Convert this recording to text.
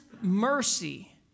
mercy